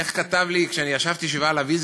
איך כתב לי כשאני ישבתי שבעה על אבי,